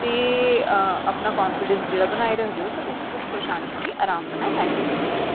ते अपना कान्फिड़ेंस जेह्ड़ा बनाई रखदे ओ ते उस परेशानी गी आराम कन्नै हैंड़ल करी सकदे हो